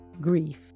grief